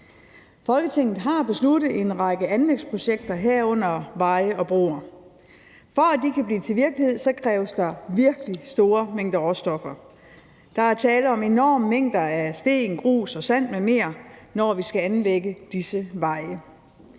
Folketinget har besluttet en række anlægsprojekter, herunder i relation til veje og broer. For at de kan blive til virkelighed, kræves der virkelig store mængder råstoffer. Der er tale om enorme mængder af sten, grus, sand m.m., når vi skal anlægge disse veje.